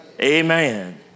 Amen